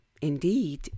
indeed